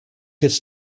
its